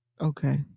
Okay